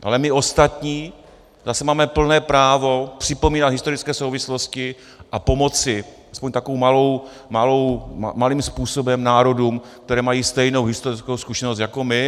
Ale my ostatní zase máme plné právo připomínat historické souvislosti a pomoci alespoň takovým malým způsobem národům, které mají stejnou historickou zkušenost jako my.